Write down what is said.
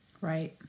Right